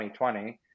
2020